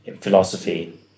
philosophy